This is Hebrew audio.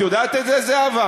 את יודעת את זה, זהבה?